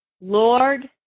Lord